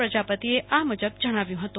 પ્રજાપતિએ આ મુજબ જણાવ્યું હતું